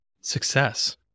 success